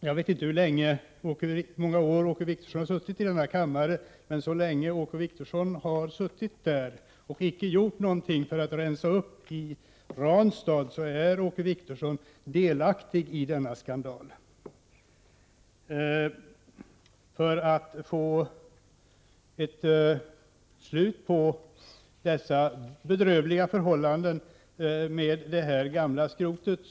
Jag vet inte hur många år Åke Wictorsson har suttit i riksdagen, men så länge han har suttit här och inte gjort någonting för att rensa upp i Ranstad, har Åke Wictorsson varit delaktig i denna skandal. För att få slut på dessa bedrövliga förhållanden med det gamla skrotet — Prot.